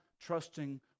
trusting